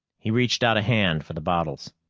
he reached out a hand for the bottles.